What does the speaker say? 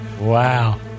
Wow